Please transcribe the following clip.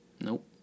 Nope